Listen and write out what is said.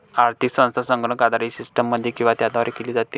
आर्थिक संस्था संगणक आधारित सिस्टममध्ये किंवा त्याद्वारे केली जाते